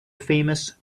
famous